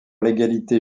l’égalité